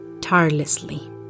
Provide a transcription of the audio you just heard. tirelessly